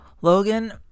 Logan